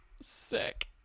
Sick